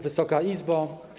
Wysoka Izbo!